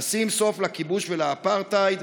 נשים סוף לכיבוש ולאפרטהייד,